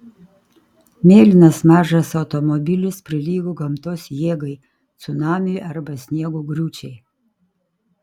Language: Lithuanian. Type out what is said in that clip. mėlynas mažas automobilis prilygo gamtos jėgai cunamiui arba sniego griūčiai